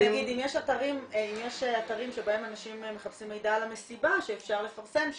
אם יש אתרים שבהם אנשים מחפשים מידע על המסיבה שאפשר לפרסם שם.